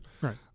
Right